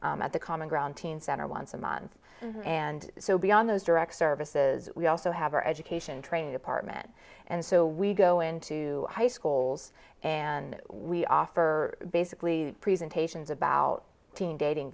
at the common ground teen center once a month and so beyond those direct services we also have our education training department and so we go into high schools and we offer basically presentations about teen dating